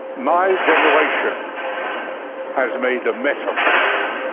my generation has made a mess of things.